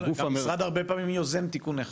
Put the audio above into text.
המשרד גם הרבה פעמים יוזם תיקוני חקיקה.